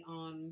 on